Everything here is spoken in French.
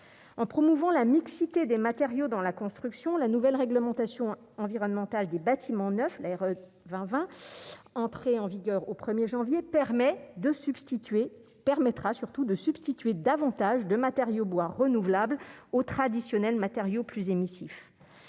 en promouvant la mixité des matériaux dans la construction, la nouvelle réglementation environnementale des bâtiments neufs, l'air va va entrer en vigueur au 1er janvier permet de substituer permettra surtout de substituer davantage de matériaux, bois renouvelable au traditionnel matériaux plus émissifs